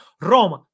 Roma